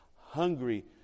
hungry